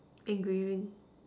engraving